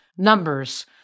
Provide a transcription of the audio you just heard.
numbers